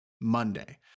monday